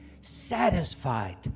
satisfied